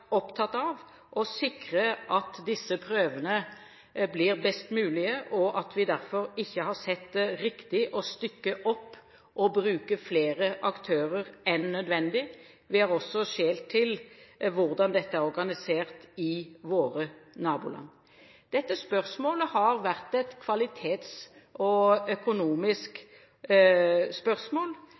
opptatt av å sikre at disse prøvene blir best mulig, og at vi derfor ikke har sett det riktig å stykke opp og bruke flere aktører enn nødvendig. Vi har også skjelt til hvordan dette er organisert i våre naboland. Dette har vært et kvalitets- og